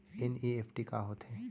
NEFT का होथे?